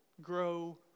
grow